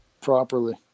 properly